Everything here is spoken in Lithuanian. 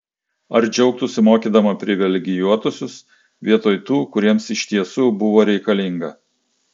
ar džiaugtųsi mokydama privilegijuotuosius vietoj tų kuriems iš tiesų buvo reikalinga